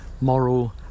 moral